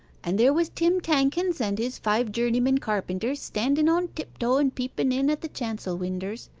and there was tim tankins and his five journeymen carpenters, standen on tiptoe and peepen in at the chancel winders.